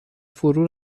فرو